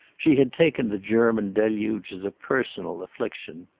she had taken the german deluge as a personal affliction.